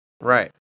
right